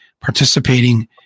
participating